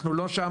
אנחנו לא שם.